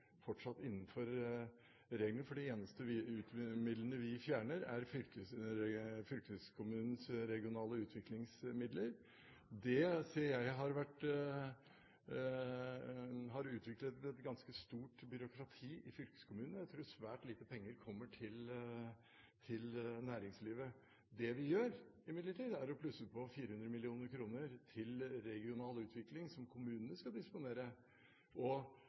fortsatt innenfor reglene. De eneste midlene vi fjerner, er fylkeskommunens regionale utviklingsmidler. De ser jeg har utviklet et ganske stort byråkrati i fylkeskommunen. Jeg tror svært lite penger kommer til næringslivet. Det vi imidlertid gjør, er å plusse på 400 mill. kr til regional utvikling som kommunene skal disponere. Man kan gjerne gjøre prioriteringer innenfor Innovasjon Norge når det gjelder næringshaver, inkubatorer og